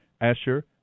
Asher